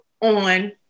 on